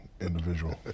individual